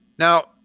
Now